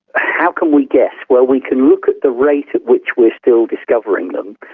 ah how can we guess? well we can look at the rate at which we're still discovering them,